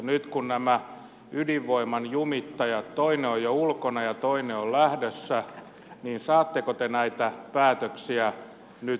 nyt kun näistä ydinvoiman jumittajista toinen on jo ulkona ja toinen on lähdössä saatteko te näitä päätöksiä nyt aikaiseksi